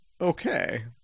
Okay